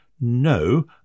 no